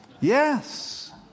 Yes